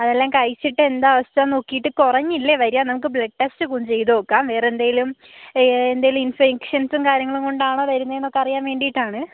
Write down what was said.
അതെല്ലാം കഴിച്ചിട്ട് എന്താ അവസ്ഥാന്ന് നോക്കിയിട്ട് കുറഞ്ഞില്ലേൽ വരിക നമുക്ക് ബ്ലഡ് ടെസ്റ്റ് ചെയ്ത് നോക്കാം വേറെന്തേലും എന്തേലും ഇൻഫെക്ഷൻസും കാര്യങ്ങളും കൊണ്ടാണോ വരുന്നതെന്നൊക്കെ അറിയാൻ വേണ്ടിയിട്ടാണ്